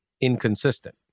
inconsistent